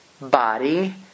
body